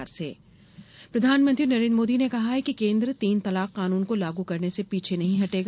मोदी तीन तलाक प्रधानमंत्री नरेन्द्र मोदी ने कहा है कि केन्द्र तीन तलाक कानून को लागू करने से पीछे नहीं हटेगा